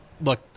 look